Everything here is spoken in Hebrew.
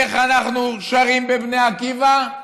איך אנחנו שרים בבני עקיבא: